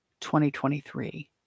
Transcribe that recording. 2023